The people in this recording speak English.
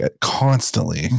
constantly